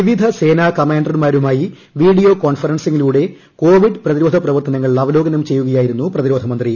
വിവിധ സേനാ കമാന്റർമാരുമായി വീഡിയ്യോ കോൺഫറൻസിംഗിലൂടെ കോവിഡ് ്പ്രതിരോധ പ്രവിർത്തനങ്ങൾ അവലോകനം ചെയ്യുകയായിരുന്നു പ്രതിരോധ മന്ത്രി